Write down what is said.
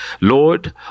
Lord